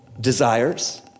desires